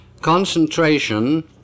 concentration